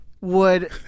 would-